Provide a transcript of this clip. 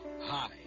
Hi